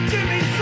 Jimmy